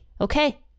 okay